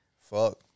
Fuck